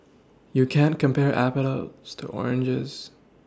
you can't compare to oranges